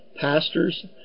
pastors